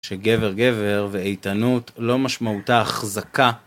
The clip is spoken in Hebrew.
שגבר גבר ואיתנות לא משמעותה החזקה.